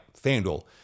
Fanduel